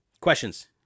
Questions